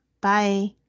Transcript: Bye